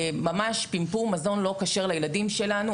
ממש פימפום מזון לא כשר לילדים שלנו.